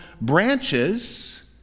branches